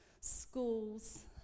schools